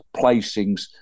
placings